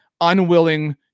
unwilling